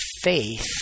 faith